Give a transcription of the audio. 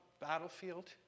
battlefield